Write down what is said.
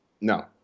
No